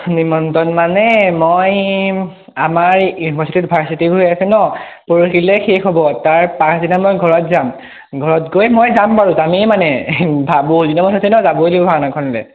নিমন্ত্ৰণ মানে মই আমাৰ ইউনিভাৰ্চিটিত ভাৰ্চিটি উইক হৈ আছে ন পৰহিলৈ শেষ হ'ব তাৰ পাছদিনা মই ঘৰত যাম ঘৰত গৈ মই যাম বাৰু যামেই মানে বহুত দিনৰ মূৰত হৈছে ন যাবই লাগিব ভাওনাখনলৈ